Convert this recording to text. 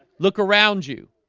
look around you